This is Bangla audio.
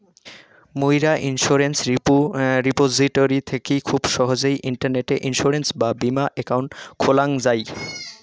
মুইরা ইন্সুরেন্স রিপোজিটরি থাকি খুব সহজেই ইন্টারনেটে ইন্সুরেন্স বা বীমা একাউন্ট খোলাং যাই